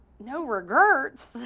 no regerts?